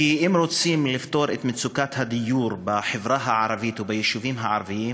כי אם רוצים לפתור את מצוקת הדיור בחברה הערבית וביישובים הערביים,